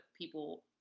people